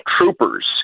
Troopers